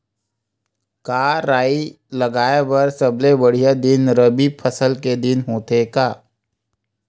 का राई लगाय बर सबले बढ़िया दिन रबी फसल के दिन होथे का?